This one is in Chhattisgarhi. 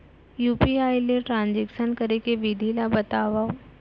यू.पी.आई ले ट्रांजेक्शन करे के विधि ला बतावव?